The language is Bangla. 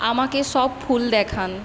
আমাকে সব ফুল দেখান